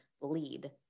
lead